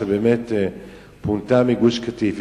שבאמת פונתה מגוש-קטיף,